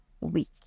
week